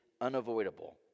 unavoidable